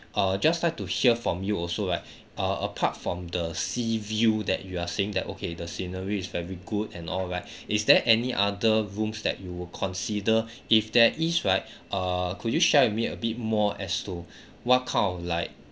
uh just like to hear from you also right uh apart from the sea view that you are saying that okay the scenery is very good and all right is there any other rooms that you will consider if there is right err could you share with me a bit more as to what kind of like